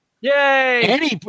Yay